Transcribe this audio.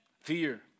fear